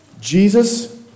Jesus